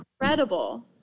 incredible